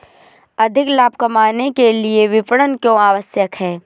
अधिक लाभ कमाने के लिए विपणन क्यो आवश्यक है?